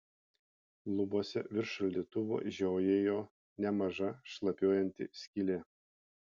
lubose virš šaldytuvo žiojėjo nemaža šlapiuojanti skylė